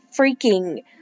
freaking